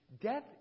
Death